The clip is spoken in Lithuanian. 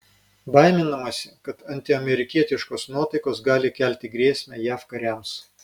baiminamasi kad antiamerikietiškos nuotaikos gali kelti grėsmę jav kariams